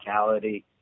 physicality